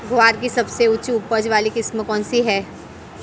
ग्वार की सबसे उच्च उपज वाली किस्म कौनसी है?